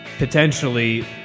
Potentially